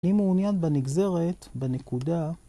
אני מעוניין בנגזרת, בנקודה,